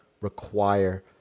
require